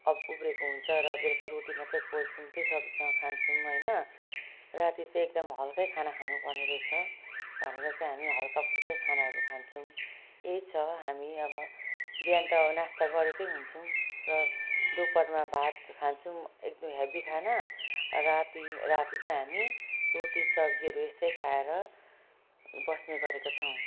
अब उब्रेको हुन्छ र बेलुका रोटी मात्र पोल्छौँ त्यही सब्जीसँग खान्छौँ होइन राति चाहिँ एकदम हल्का खाना खानु पर्ने रहेछ भनेर त हामी हल्का फुल्का खानाहरू खान्छौँ यही छ हामी अब बिहान त अब नास्ता गरेकै हुन्छौँ र र दोपहरमा भात खान्छौँ एकदम हेभी खाना राति राति चाहिँ हामी रोटी सब्जीहरू यस्तै खाएर बस्ने गरेका छौँ